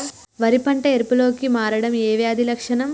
వరి పంట ఎరుపు రంగు లో కి మారడం ఏ వ్యాధి లక్షణం?